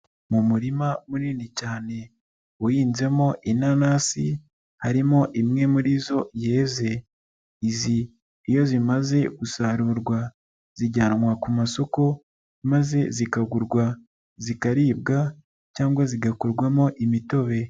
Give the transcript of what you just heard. Mu murima munini cyane uhinzemo inanasi, harimo imwe muri zo yeze, izi iyo zimaze gusarurwa, zijyanwa ku masoko maze zikagurwa, zikaribwa cyangwa zigakorwamo imitobe.